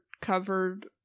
covered